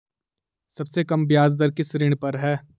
सबसे कम ब्याज दर किस ऋण पर है?